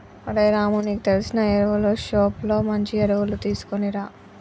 ఓరై రాము నీకు తెలిసిన ఎరువులు షోప్ లో మంచి ఎరువులు తీసుకునిరా